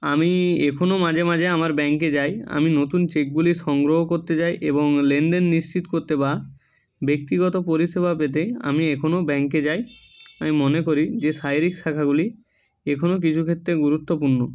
আমি এখনো মাঝে মাঝে আমার ব্যাংকে যাই আমি নতুন চেকগুলি সংগ্রহ করতে যাই এবং লেনদেন নিশ্চিত করতে বা ব্যক্তিগত পরিষেবা পেতেই আমি এখনো ব্যাংকে যাই আমি মনে করি যে শারীরিক শাখাগুলি এখনো কিছু ক্ষেত্রে গুরুত্বপূর্ণ